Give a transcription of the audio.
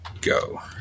go